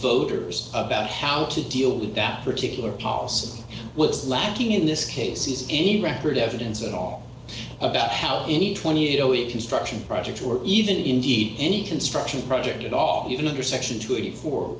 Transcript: voters about how to deal with that particular policy what's lacking in this case is any record evidence at all about how any two hundred and eighty it construction project or even indeed any construction project at all even under section two